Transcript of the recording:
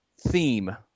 theme